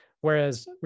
Whereas